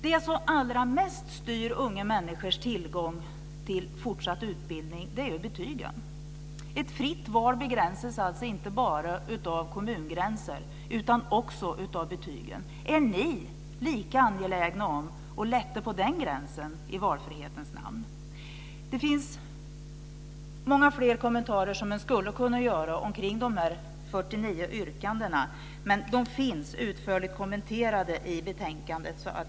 Det som allra mest styr unga människors tillgång till fortsatt utbildning är betygen. Ett fritt val begränsas alltså inte bara av kommungränser utan också av betygen. Är ni lika angelägna att lätta på den gränsen i valfrihetens namn? Det finns många fler kommentarer att ge omkring de 49 yrkandena. De finns utförligt kommenterade i betänkandet.